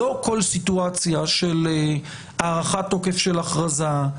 לא כל סיטואציה של הארכת תוקף של הכרזה,